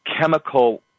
chemical